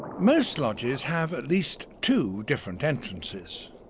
most lodges have at least two different entrances.